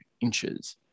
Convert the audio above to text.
inches